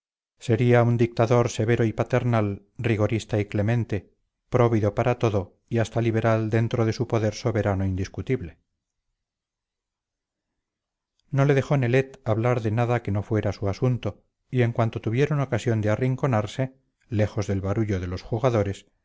sería un dictador severo y paternal rigorista y clemente próvido para todo y hasta liberal dentro de su poder soberano indiscutible no le dejó nelet hablar de nada que no fuera su asunto y en cuanto tuvieron ocasión de arrinconarse lejos del barullo de los jugadores